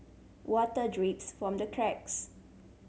water drips from the cracks